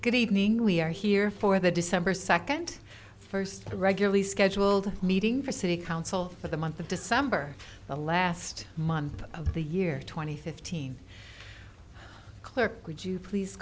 good evening we are here for the december second first a regularly scheduled meeting for city council for the month of december the last month of the year two thousand and fifteen clerk would you please